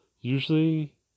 Usually